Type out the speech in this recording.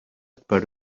per